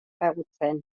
ezagutzen